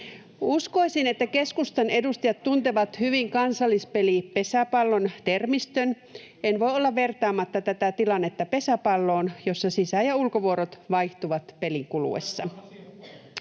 Uskoisin, että keskustan edustajat tuntevat hyvin kansallispeli pesäpallon termistön — en voi olla vertaamatta tätä tilannetta pesäpalloon, jossa sisä- ja ulkovuorot vaihtuvat pelin kuluessa.